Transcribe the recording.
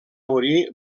morir